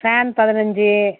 fan பதினஞ்சு